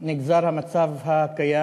נגזר המצב הקיים: